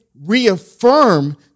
reaffirm